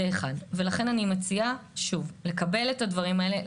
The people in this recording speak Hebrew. ולכן אני מציעה לקבל את הדברים האלה,